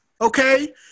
Okay